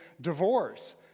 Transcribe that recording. divorce